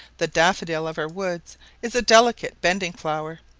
the daffodil of our woods is a delicate bending flower,